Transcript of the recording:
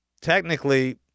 technically